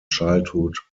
childhood